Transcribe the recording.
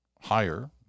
higher